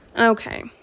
Okay